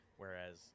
Whereas